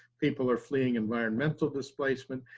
people are fleeing environmental displacement,